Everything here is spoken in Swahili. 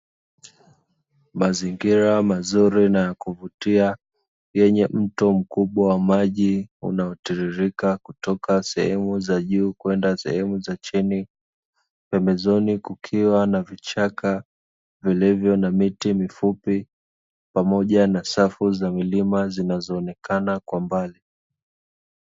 Mazingira mazuri na ya kuvutia yenye mto mkubwa wa maji, yanayotiririka kutoka sehemu za juu kwenda sehemu za chini, pembezoni kukiwa na vichaka vilivyo na miti mfupi pamoja na safu za milima zinazoonekana kwa mbali.